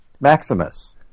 Maximus